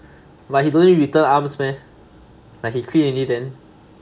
but he don't need return arms meh like he clean already then